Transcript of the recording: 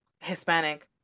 hispanic